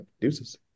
deuces